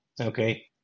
okay